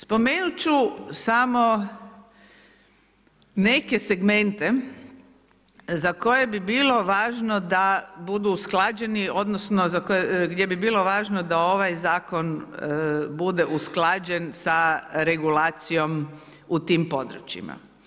Spomenut ću samo neke segmente za koje bi bilo važno da budu usklađeni odnosno gdje bi bilo važno da ovaj zakon bude usklađen sa regulacijom u tim područjima.